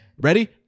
Ready